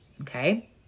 Okay